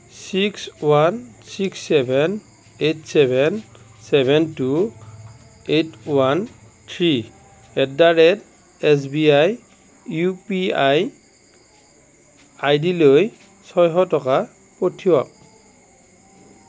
six one six seven eight seven seven two eight one three at the rate S B I U P I ID লৈ ছয়শ টকা পঠিওৱাক